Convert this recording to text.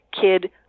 kid